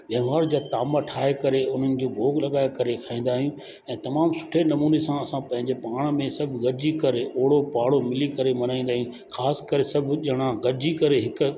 व्यवहार जा ताम ठाहे करे उन्हनि खे भोग लॻाए करे खाईंदा आहियूं ऐं तमामु सुठे नमूने सां असां पंहिंजे पाण में सभु गॾु जी करे ओड़ो पाड़ो मिली करे मनाईंदा आहियूं ख़ासि करे सभु ॼणा गॾिजी करे हिकु